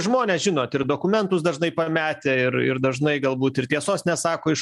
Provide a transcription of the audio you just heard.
žmonės žinot ir dokumentus dažnai pametę ir ir dažnai galbūt ir tiesos nesako iš